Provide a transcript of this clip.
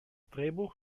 drehbuch